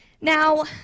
Now